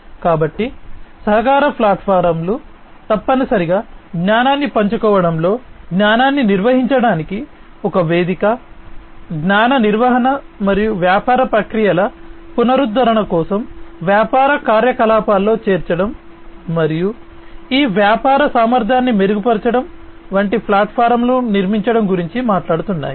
కాబట్టి సహకార ప్లాట్ఫారమ్లు తప్పనిసరిగా జ్ఞానాన్ని పంచుకోవడంలో జ్ఞానాన్ని నిర్వహించడానికి ఒక వేదిక జ్ఞాన నిర్వహణ మరియు వ్యాపార ప్రక్రియల పునరుద్ధరణ కోసం వ్యాపార కార్యకలాపాల్లో చేర్చడం మరియు ఈ వ్యాపార సామర్థ్యాన్ని మెరుగుపరచడం వంటి ప్లాట్ఫారమ్లను నిర్మించడం గురించి మాట్లాడుతున్నాయి